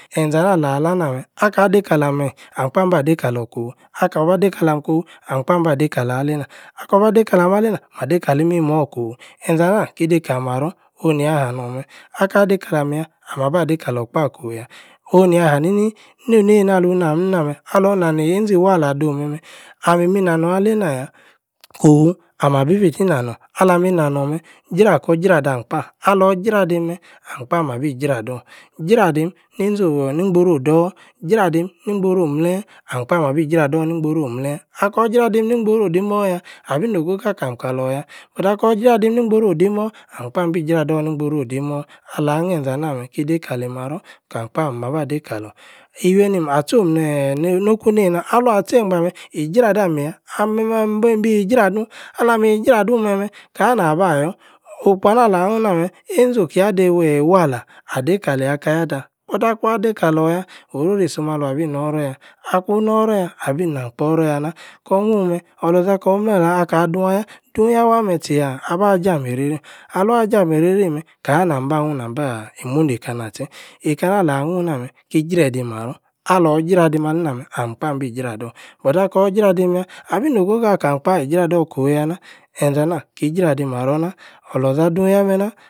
enȝe-anah-ala-lah-na-meh. akah. dei-kalami. ahm-kpa-bah-deī kalor-kofu. akor-bah-deī kalam-kofu. ahm-kpa-bah dei kalor aleina. akor-bah-dei ka-am aleina. mah-dei kali-imimor kofu. enȝe-anahi ki-dei kalī-marror. onu-nia-hanorn-meh. aka-dei kalam-yah. amaba-deī-kalor-kpah kofu-yah. onu-nia-hanini. neinei-na aluna-neī-nah meh. alor-nani-einȝi-walla ado'm meh-meh. ami-mi-nanorn akina-yah. kofu ama-bi-fiei-e-nanorn. alah-mi nanorn-meh. jra-kor-jradam-kpah. alor-jradaim-meh. ahm-kpah mabi-jrador. jradim. neiȝor-ni-gboro-door. jradim ni-gboro-omleeeh. ahm-kpah mabi-jrador ni-gboro-omleeh. akor j̄radīm ni-gboro-odimor-yah. abi-no-go-go ah-kam-kalor-yah. but akor jradim ni-gboro-odimor. ahm-kpa bi-jrador ni-gboro-odimor alah-hne-enȝa-na-meh. ki-dei-kali-maror. kam-kpa. maba dei-kalor. iwiemim ah-tcho'm neeeh noh-ku-neina alvan tchei-gbah-meh. ijradami-yah. ami-meh-unh-bii jradu. alami-ijradu-meh-meh. kana-na-bayor? okpo-anah-alahnu-na-meh. einȝi okia'-deī wi-e-wallah ah-dei-kaleyi-akayat ah. but akuan dei kalor-yah. oro-ri iso'm alvan bi-noror-yah. akun. noror-yah. abi-na'm-kpah-oro-yah-nah. kor-hnun-meh. oloȝa kor-mle-la akah-dun-ayah. dun-yah-waah meh tchī-yaah. abah-jia-meī-reī-rim. alvan-jīa-meī-rei-rim meh. kana-na'm-ba-hnun na'm-baaah e-muneika-nah-ah-tche?eikena-ala-hnun inameh. ki-jredi-marror. alor-jradim aleina-meh. ahm-kpah bī-jrador. but akor-jradim-yah. abi-no-go-go akam-kpah ijrador kofu-yah-nah; enȝa-nah ki-jradi marror naah!! oloȝa-dun-yah-meh-naah,